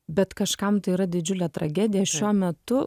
bet kažkam tai yra didžiulė tragedija šiuo metu